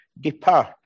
depart